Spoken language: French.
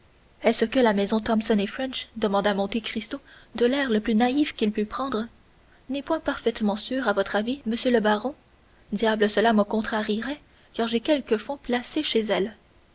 est-ce que la maison thomson et french demanda monte cristo de l'air le plus naïf qu'il put prendre n'est point parfaitement sûre à votre avis monsieur le baron diable cela me contrarierait car j'ai quelques fonds placés chez elle